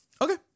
okay